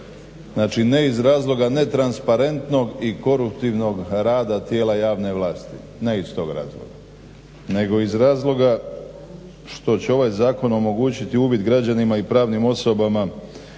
Znači ne iz razloga ne transparentnog i koruptivnog rada tijela javne vlasti. Ne iz tog razloga, nego iz razloga što će ovaj zakon omogućiti uvid građanima i pravnim osobama